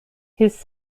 his